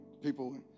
people